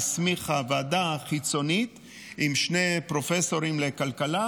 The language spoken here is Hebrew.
היא הסמיכה ועדה חיצונית עם שני פרופסורים לכלכלה